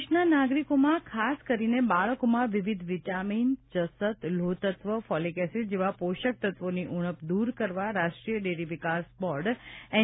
દેશના નાગરિકોમાં ખાસ કરીને બાળકોમાં વિવિધ વિટામીન જસત લોહતત્વ ફોલિડ એસિડ જેવાં પોષકતત્વોની ઉણપ દૂર કરવા રાષ્ટ્રીય ડેરી વિકાસ બોર્ડ એન